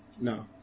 No